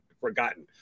forgotten